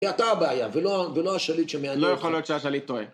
זה אתה הבעיה, ולא השליט שמעניין אותך. לא יכול להיות שהשליט טועה.